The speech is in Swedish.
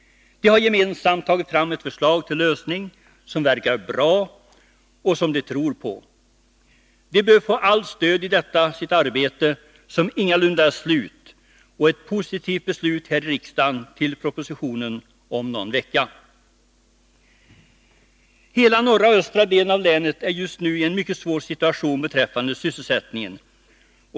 De har gemensamt tagit fram ett förslag till lösning som verkar bra och som de tror på. De bör få allt stöd i detta sitt arbete, som ingalunda är slut, och ett positivt beslut här i riksdagen om någon vecka. Hela norra och östra delen av länet är just nu i en mycket svår situation beträffande sysselsättningen.